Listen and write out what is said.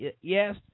yes